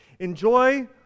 Enjoy